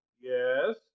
Yes